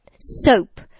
soap